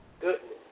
goodness